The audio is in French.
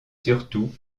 surtout